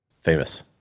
famous